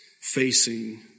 facing